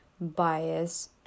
bias